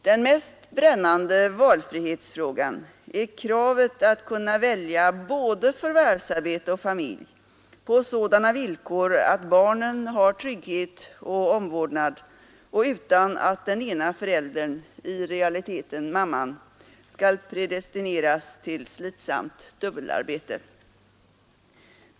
Den mest brännande valfrihetsfrågan är kravet att kunna välja både förvärvsarbete och familj på sådana villkor, att barnen har trygghet och omvårdnad, och detta utan att den ena föräldern — i realiteten mamman — skall tvingas till slitsamt dubbelarbete.